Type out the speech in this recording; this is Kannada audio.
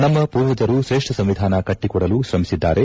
ನಮ್ಮ ಪೂರ್ವಜರು ತ್ರೇಷ್ಠ ಸಂವಿಧಾನ ಕಟ್ಟಿಕೊಡಲು ಶ್ರಮಿಸಿದ್ದಾರೆ